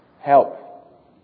Help